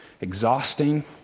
Exhausting